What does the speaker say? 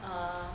err